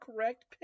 correct